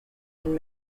and